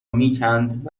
میکند